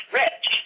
rich